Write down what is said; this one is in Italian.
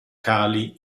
cali